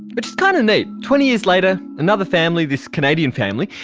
which is kind of neat twenty years later another family, this canadian family,